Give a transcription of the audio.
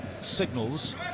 signals